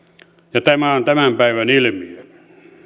ja tämä on tämän päivän ilmiö